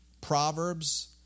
Proverbs